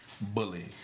bully